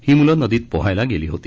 ही म्लं नदीत पोहायला गेली होती